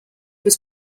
was